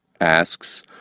asks